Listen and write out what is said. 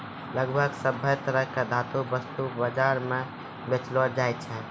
लगभग सभ्भे तरह के धातु वस्तु बाजार म बेचलो जाय छै